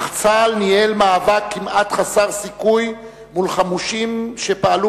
אך צה"ל ניהל מאבק כמעט חסר סיכוי מול חמושים שפעלו